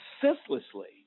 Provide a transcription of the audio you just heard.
senselessly